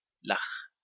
lach